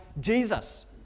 Jesus